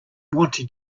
wanting